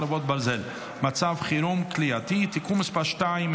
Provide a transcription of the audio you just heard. חרבות ברזל) (מצב חירום כליאתי) (תיקון מס' 2),